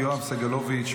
יואב סגלוביץ',